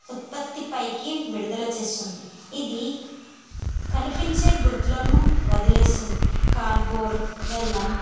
ఉత్పత్తి పైకి విడుదల చేస్తుంది ఇది కనిపించే గుర్తులను వదిలేస్తుంది కార్డుబోర్డు వెల్లం